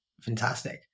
Fantastic